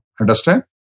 Understand